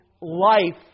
life